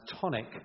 tonic